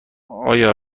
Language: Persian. آیا